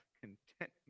contentment